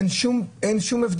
אין שום הבדל,